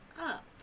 up